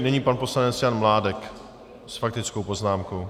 Nyní pan poslanec Jan Mládek s faktickou poznámkou.